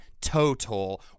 total